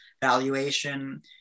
valuation